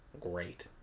great